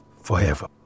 Forever